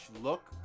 look